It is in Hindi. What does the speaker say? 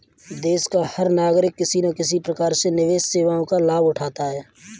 देश का हर नागरिक किसी न किसी प्रकार से निवेश सेवाओं का लाभ उठाता है